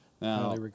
Now